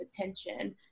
attention